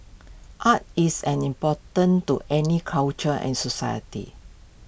art is an important to any culture and society